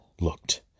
looked